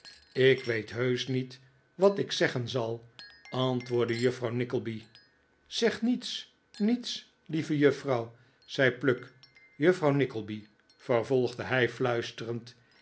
ik weet heusch niet wat ik zeggen zal antwoordde juffrouw nickleby zeg niets niets lieve juffrouw zei pluck juffrouw nickleby vervolgde hij fluisterend